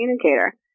communicator